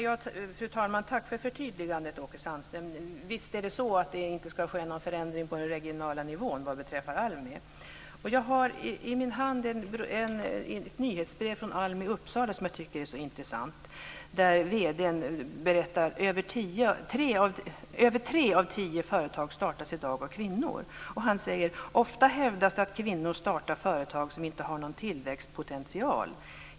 Fru talman! Tack för förtydligandet, Åke Sandström. Visst är det så att det inte ska ske någon förändring på den regionala nivån vad beträffar ALMI. Jag har i min hand ett nyhetsbrev från ALMI i Uppsala som jag tycker är intressant där vd:n berättar att tre av tio företag startas i dag av kvinnor. Han säger: Ofta hävdas det att kvinnor startar företag som inte har någon tillväxtpotential.